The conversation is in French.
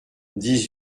dix